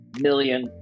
Million